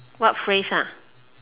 what phrase ah